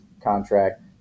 contract